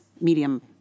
medium